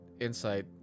insight